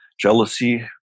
jealousy